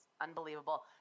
unbelievable